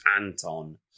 Anton